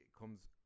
comes